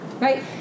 Right